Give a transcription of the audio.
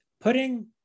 putting